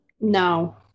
no